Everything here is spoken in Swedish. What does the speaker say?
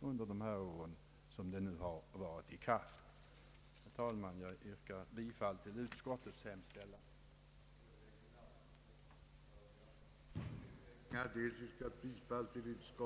under de år den varit i kraft. Herr talman! Jag yrkar bifall till utskottets hemställan. velse till Kungl. Maj:t anhålla, att en utredning snarast måtte tillsättas i syfte att uppdraga riktlinjer för en samordnad skärgårdspolitik i Stockholms skärgård och framlägga de förslag till författningsändringar eller i andra hänseenden som kunde befinnas motiverade för att tillgodose de i motionerna angivna syftena.